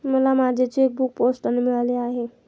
मला माझे चेकबूक पोस्टाने मिळाले आहे